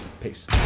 Peace